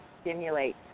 stimulate